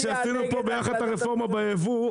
כשעשינו פה את הרפורמה בייבוא,